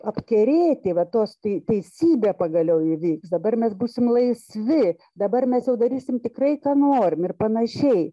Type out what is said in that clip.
apkerėti va tos tai teisybė pagaliau įvyks dabar mes būsim laisvi dabar mes jau darysim tikrai ką norim ir panašiai